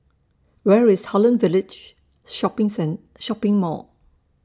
Where IS Holland Village Shopping Shopping Mall